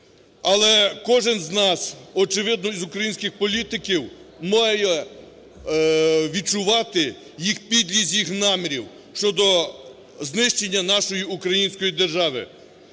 Але кожен з нас, очевидно, із українських політиків, має відчувати підлість їх намірів щодо знищення нашої української держави.